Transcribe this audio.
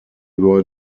were